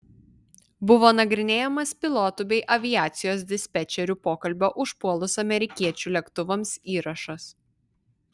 buvo nagrinėjamas pilotų bei aviacijos dispečerių pokalbio užpuolus amerikiečių lėktuvams įrašas